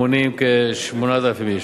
המונים כ-8,000 איש.